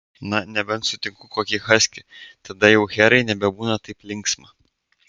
na nebent sutinku kokį haskį tada jau herai nebebūna taip linksma